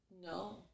No